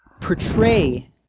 portray